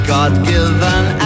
God-given